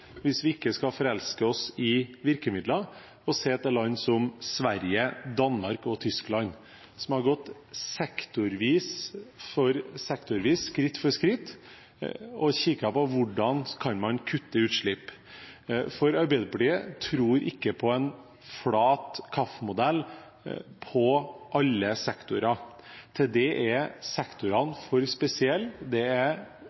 hvis vi ikke skal forelske oss i virkemidler – å se til land som Sverige, Danmark og Tyskland, som har gått fram sektorvis, skritt for skritt, og sett på hvordan man kan kutte utslipp. Arbeiderpartiet tror ikke på en flat KAF-modell på alle sektorer. Til det er sektorene for spesielle. Det er